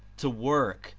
to work,